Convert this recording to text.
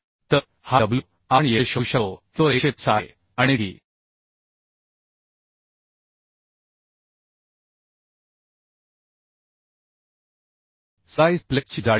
तर हा W आपण येथे शोधू शकतो की तो 130 आहे आणि t ही स्लाइस प्लेटची जाडी आहे